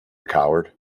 coward